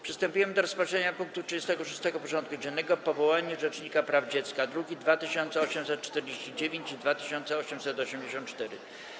Przystępujemy do rozpatrzenia punktu 36. porządku dziennego: Powołanie rzecznika praw dziecka (druki nr 2849 i 2884)